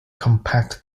compact